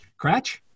Cratch